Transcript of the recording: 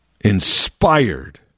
inspired